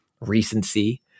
recency